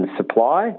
supply